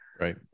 right